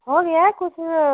हो गया है कुछ